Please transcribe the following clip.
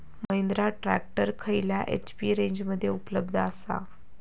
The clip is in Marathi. महिंद्रा ट्रॅक्टर खयल्या एच.पी रेंजमध्ये उपलब्ध आसा?